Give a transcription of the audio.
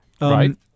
Right